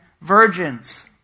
virgins